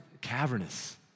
cavernous